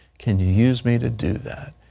can you use me to do that?